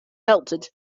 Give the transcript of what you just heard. melted